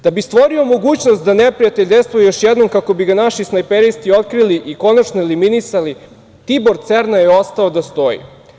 Da bi stvorio mogućnost da neprijatelj dejstvuje još jednom kako bi ga naši snajperisti otkrili i konačno eliminisali Tibor Cerna je ostao da stoji.